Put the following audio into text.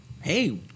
hey